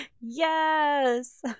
yes